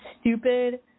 stupid